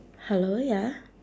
hello ya